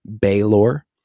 Baylor